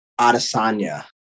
Adesanya